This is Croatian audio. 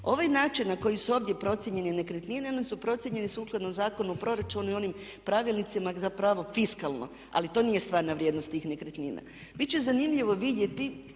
Ovaj način na koji su ovdje procijenjene nekretnine one su procijenjene sukladno Zakonu o proračunu i onim pravilnicima za pravo fiskalno, ali to nije stvarna vrijednost tih nekretnina. Biti će zanimljivo vidjeti